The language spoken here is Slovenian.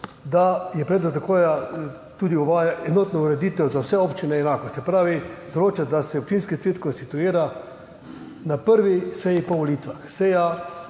da predlog zakona uvaja enotno ureditev za vse občine enako. Se pravi, določa, da se občinski svet konstituira na prvi seji po volitvah, seja